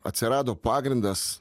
atsirado pagrindas